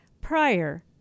prior